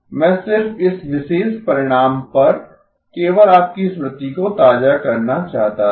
मैं सिर्फ इस विशेष परिणाम पर केवल आपकी स्मृति को ताज़ा करना चाहता था